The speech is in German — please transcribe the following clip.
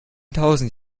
tausend